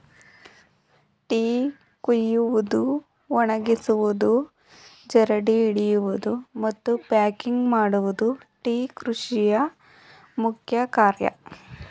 tea ಕುಯ್ಯುವುದು, ಒಣಗಿಸುವುದು, ಜರಡಿ ಹಿಡಿಯುವುದು, ಮತ್ತು ಪ್ಯಾಕಿಂಗ್ ಮಾಡುವುದು ಟೀ ಕೃಷಿಯ ಮುಖ್ಯ ಕಾರ್ಯ